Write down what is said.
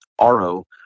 RO